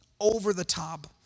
over-the-top